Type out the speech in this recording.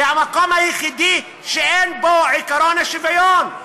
זה המקום היחידי שאין בו עקרון השוויון.